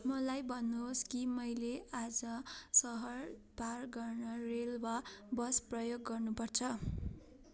मलाई भन्नुहोस् कि मैले आज सहर पार गर्न रेल वा बस प्रयोग गर्नुपर्छ